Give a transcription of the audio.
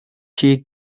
she